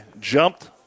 jumped